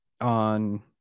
on